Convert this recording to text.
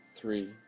Three